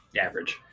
average